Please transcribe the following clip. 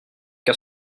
car